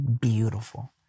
beautiful